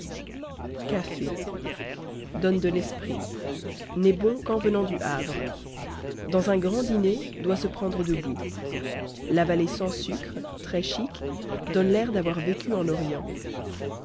café donne de l'esprit n'est bon qu'en venant du havre dans un grand dîner doit se prendre debout l'avaler sans sucre très chic donne l'air d'avoir vécu en orient